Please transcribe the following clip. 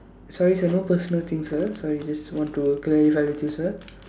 sorry sir no personal thing sir sorry just want to clarify with you sir